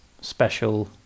special